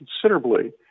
considerably